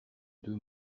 deux